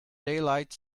daylight